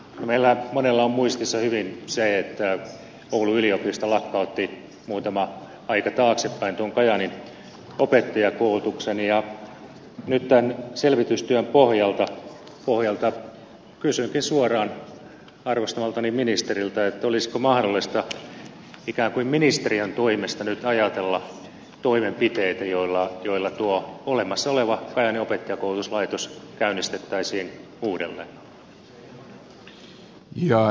meillä monella on muistissa hyvin se että oulun yliopisto lakkautti muutama aika taaksepäin kajaanin opettajankoulutuksen ja nyt tämän selvitystyön pohjalta kysynkin suoraan arvostamaltani ministeriltä olisiko mahdollista ikään kuin ministeriön toimesta nyt ajatella toimenpiteitä joilla tuo olemassa oleva kajaanin opettajankoulutuslaitos käynnistettäisiin uudelleen